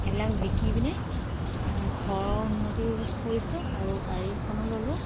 এইবিলাক বিকি পিনে ঘৰৰ উন্নতি কৰিছোঁ আৰু গাড়ী এখনো ল'লোঁ